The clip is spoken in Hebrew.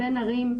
בין ערים,